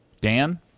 Dan